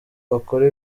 bakora